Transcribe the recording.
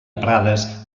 prades